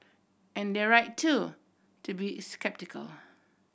and they're right too to be sceptical